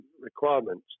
requirements